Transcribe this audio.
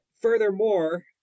Furthermore